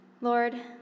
Lord